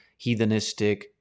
heathenistic